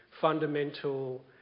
fundamental